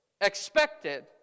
expected